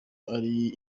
ari